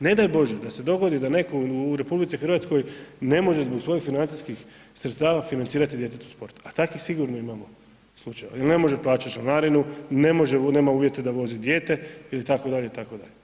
Ne daj Bože, da se dogodi da netko u RH ne može zbog svojih financijskih sredstava financirati djetetu sport, a takvih sigurno imamo slučajeva, jer ne može plaćati članarinu, nema uvjete da vozi dijete itd., itd.